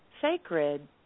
sacred